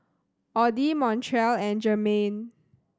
Audy Montrell and Jermain